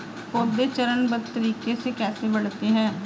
पौधे चरणबद्ध तरीके से कैसे बढ़ते हैं?